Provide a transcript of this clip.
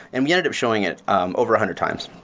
and we ended up showing it um over a hundred times.